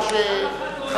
פעם אחת הוא אומר,